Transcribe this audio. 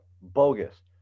bogus